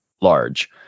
large